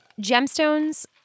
gemstones